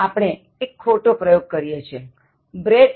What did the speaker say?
આપણે એક ખોટો પ્રયોગ કરીએ છીએ Bread and butter are tasty